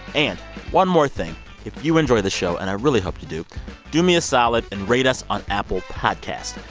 and one more thing if you enjoy the show and i really hope you do do me a solid and rate us on apple podcast.